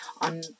on